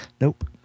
nope